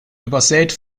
übersät